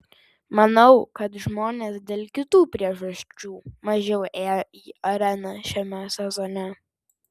manau kad žmonės dėl kitų priežasčių mažiau ėjo į areną šiame sezone